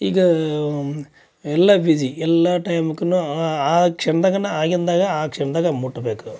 ಈಗ ಎಲ್ಲ ಬಿಝಿ ಎಲ್ಲ ಟೈಮ್ಕುನು ಆ ಆ ಕ್ಷಣ್ದಗನ ಆಗಿಂದ ಆಗ ಆ ಕ್ಷಣದಾಗ ಮುಟ್ಟಬೇಕು